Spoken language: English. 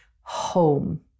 home